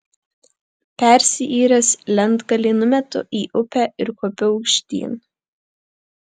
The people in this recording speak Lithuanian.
persiyręs lentgalį numetu į upę ir kopiu aukštyn